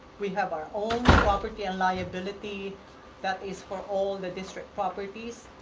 we have our own property and liability that is for all the district properties.